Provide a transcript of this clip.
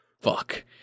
Fuck